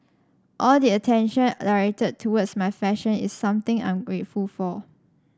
all the attention directed towards my fashion is something I'm grateful for